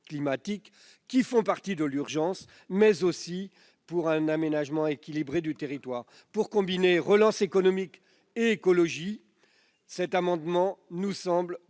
climatiques, qui font partie de l'urgence, mais aussi pour aménager le territoire de manière équilibrée. Pour combiner relance économique et écologie, cet amendement nous semble